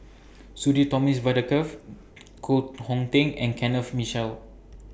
Sudhir Thomas Vadaketh Koh Hong Teng and Kenneth Mitchell